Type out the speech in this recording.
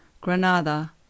Granada